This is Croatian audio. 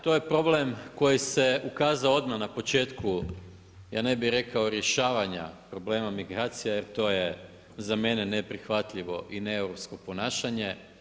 To je problem koji se ukazao odmah na početku, ja ne bi rekao rješavanja problema migracija, jer to je za mene neprihvatljivo i neeuropsko ponašanje.